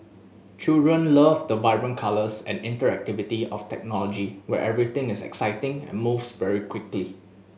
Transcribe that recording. children love the vibrant colours and interactivity of technology where everything is exciting and moves very quickly